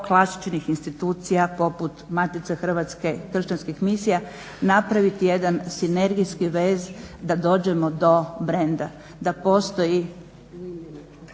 klasičnih institucija poput Matice Hrvatske, kršćanskih misija, napraviti jedan sinergijski vez da dođemo do brenda, da postoji